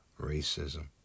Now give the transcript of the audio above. Racism